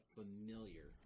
familiar